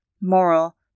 moral